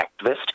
activist